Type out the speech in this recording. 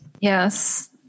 Yes